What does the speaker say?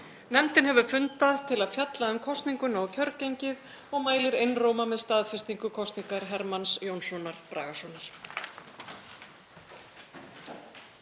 Nefndin hefur fundað til að fjalla um kosninguna og kjörgengið og mælir einróma með staðfestingu kosningar Hermanns Jónssonar Bragasonar.